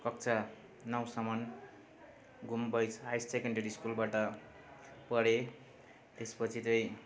कक्षा नौसम्म Ghum boys high secondary स्कुलबाट पढेँ त्यस पछि चाहिँ